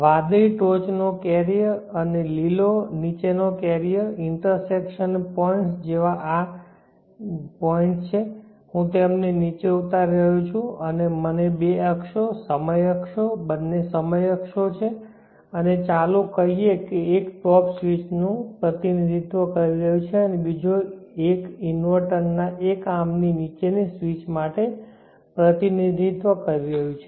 વાદળી ટોચ નો કેરિયર અને લીલો નીચેનો કેરિયર ઇન્ટરસેક્શન પોઈન્ટ્સ આ જેવા છે હું તેમને નીચે ઉતારી રહ્યો છું અને મને બે અક્ષો સમય અક્ષો બંને સમય અક્ષો છે અને ચાલો કહીએ કે એક ટોપ સ્વીચ નું પ્રતિનિધિત્વ કરી રહ્યું છે અને બીજો એક ઇન્વર્ટરના એક આર્મ નીચે ની સ્વિચ માટે પ્રતિનિધિત્વ કરી રહ્યું છે